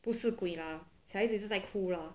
不是鬼 lah 小孩子一直在哭 lah